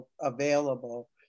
available